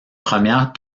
premières